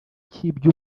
cy’ibyo